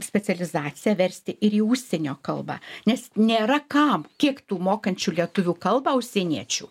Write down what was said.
specializaciją versti ir į užsienio kalbą nes nėra kam kiek tų mokančių lietuvių kalbą užsieniečių